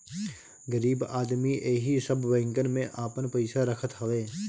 गरीब आदमी एही सब बैंकन में आपन पईसा रखत हवे